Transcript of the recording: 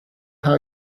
how